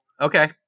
Okay